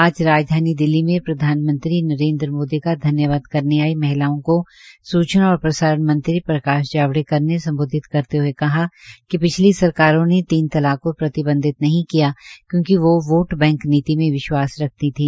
आज राज्धानी दिल्ली में प्रधानमंत्री नरेन्द्र मोदी का धन्यवाद करने आई महिलाओं को सूचना और प्रसारण मंत्री प्रकाश जावड़ेकर ने सम्बोधित करते हये कहा कि पिछली सरकारों ने तीन तलाक को प्रतिबंध नहीं किया क्योकि वोह वोट बैंक नीति में विश्वास रखती थी